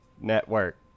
Network